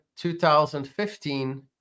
2015